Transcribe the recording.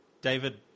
David